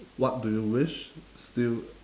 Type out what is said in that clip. what do you wish still